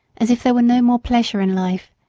as if there were no more pleasure in life,